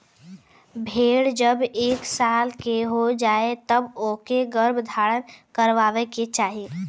भेड़ जब एक साल के हो जाए तब ओके गर्भधारण करवाए के चाही